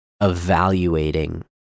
evaluating